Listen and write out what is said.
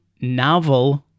novel